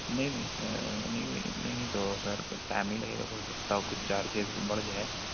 نہیں نہیں نہیں نہیں نہیں تو سر کچھ ٹائم نہیں لگے گا ہو سکتا ہو کچھ چارجیز بڑھ جائے